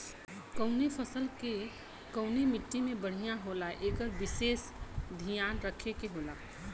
कउनो फसल के कउने मट्टी में बढ़िया होला एकर विसेस धियान रखे के होला